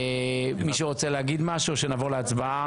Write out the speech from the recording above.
מי שרוצה להגיד משהו, או שנעבור להצבעה?